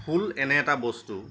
ফুল এনে এটা বস্তু